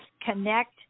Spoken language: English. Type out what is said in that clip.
connect